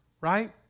Right